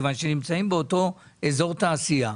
מכיוון שנמצאים באותו אזור תעשייה.